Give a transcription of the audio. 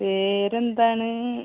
പേരെന്താണ്